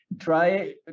try